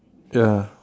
ya